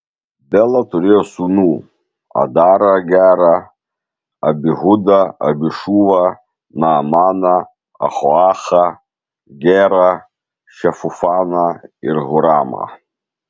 bela turėjo sūnų adarą gerą abihudą abišūvą naamaną ahoachą gerą šefufaną ir huramą